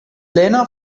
lena